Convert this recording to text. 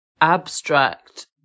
abstract